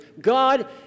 God